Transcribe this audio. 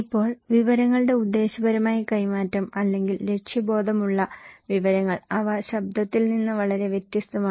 ഇപ്പോൾ വിവരങ്ങളുടെ ഉദ്ദേശ്യപരമായ കൈമാറ്റം അല്ലെങ്കിൽ ലക്ഷ്യബോധമുള്ള വിവരങ്ങൾ അവ ശബ്ദത്തിൽ നിന്ന് വളരെ വ്യത്യസ്തമാണ്